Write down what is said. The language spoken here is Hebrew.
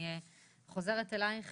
אני חוזרת אלייך